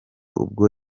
ubwo